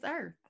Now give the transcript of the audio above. earth